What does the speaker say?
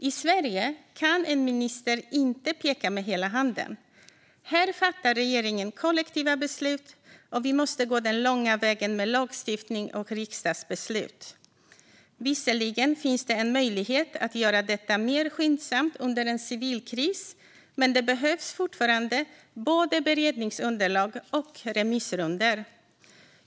I Sverige kan en minister inte peka med hela handen. Här fattar regeringen kollektiva beslut, och vi måste gå den långa vägen med lagstiftning och riksdagsbeslut. Visserligen finns det en möjlighet att göra detta mer skyndsamt under en civil kris, men det behövs fortfarande både beredningsunderlag och remissrundor.